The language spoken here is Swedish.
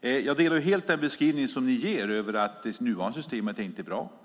Jag delar helt den beskrivning ni ger av att det nuvarande systemet inte är bra.